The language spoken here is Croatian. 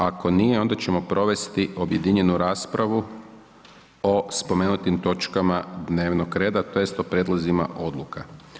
Ako nije, onda ćemo provesti objedinjenu raspravu o spomenutim točkama dnevnog reda, tj. o prijedlozima odluka.